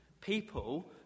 People